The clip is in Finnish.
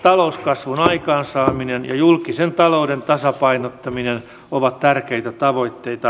talouskasvun aikaansaaminen ja julkisen talouden tasapainottaminen ovat tärkeitä tavoitteita